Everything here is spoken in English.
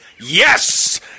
Yes